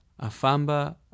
Afamba